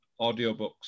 audiobooks